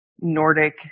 Nordic